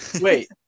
wait